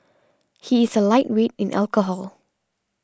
he is a lightweight in alcohol